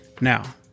Now